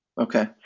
Okay